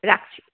রাখছি